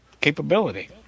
capability